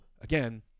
again